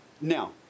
Now